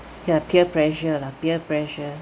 ya peer pressure lah peer pressure